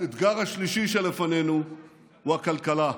האתגר השלישי שלפנינו הוא הכלכלה.